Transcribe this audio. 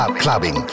Clubbing